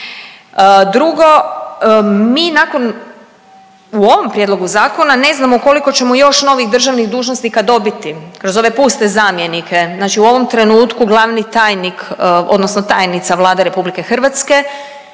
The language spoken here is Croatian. Drugo, mi nakon u ovom prijedlogu zakona ne znamo koliko ćemo još novih državnih dužnosnika dobiti kroz ove puste zamjenike. Znači u ovom trenutku glavni tajnik, odnosno tajnica Vlade Republike Hrvatske